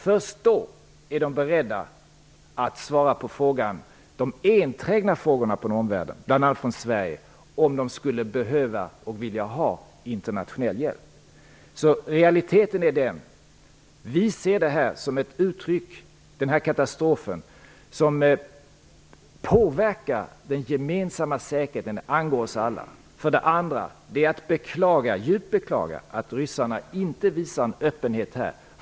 Först då är de beredda att svara på de enträgna frågorna från omvärlden, bl.a. från Sverige om de skulle behöva och vilja ha internationell hjälp. För det första är realiteten att den här katastrofen, som påverkar den gemensamma säkerheten, angår oss alla. För det andra är det att djupt beklaga att ryssarna inte visar öppenhet här.